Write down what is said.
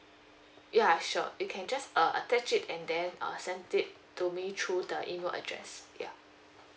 ya sure you can just uh attach it and then uh send it to me through the email address ya